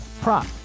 prop